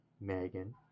Megan